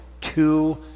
two